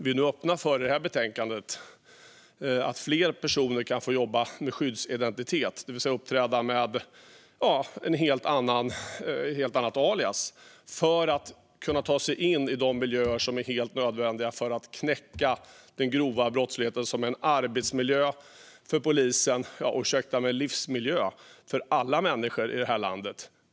Vi öppnar i det här betänkandet en möjlighet för fler personer att få jobba med skyddsidentitet, det vill säga uppträda med ett helt annat alias för att kunna ta sig in i de miljöer som är helt nödvändiga att ta sig in i för att knäcka den grova brottsligheten; en arbetsmiljö för polisen, en livsmiljö för alla människor i landet.